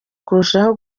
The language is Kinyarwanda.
kurushaho